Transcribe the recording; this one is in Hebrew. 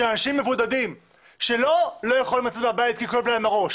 כאשר אנשים מבודדים לא יכולים לצאת מהבית לא כי כואב להם הראש